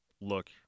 look